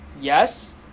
Yes